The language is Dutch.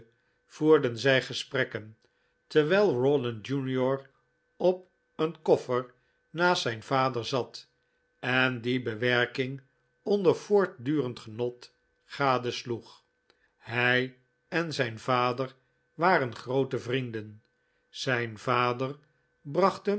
voerden zij gesprekken terwijl rawdon jr op een koffer naast zijn vader zat en die bewerking onder voortdurend genot gadesloeg hij en zijn vader waren groote vrienden zijn vader bracht